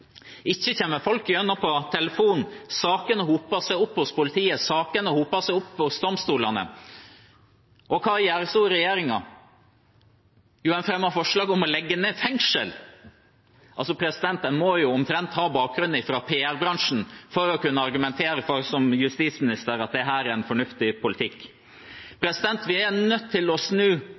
Ikke kommer folk gjennom på telefonen. Sakene hoper seg opp hos politiet. Sakene hoper seg opp hos domstolene – og hva gjør så regjeringen? Jo, en fremmer forslag om å legge ned fengsel. En må omtrent ha bakgrunn fra PR-bransjen for å kunne argumentere, som justisministeren, for at dette er en fornuftig politikk. Vi er nødt til å snu